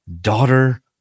daughter